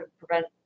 prevent